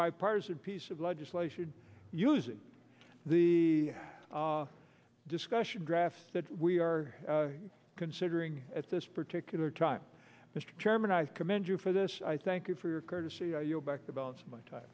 bipartisan piece of legislation using the discussion draft that we are considering at this particular time mr chairman i commend you for this i thank you for your courtesy i yield back the balance of my time